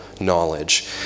knowledge